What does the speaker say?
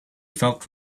felt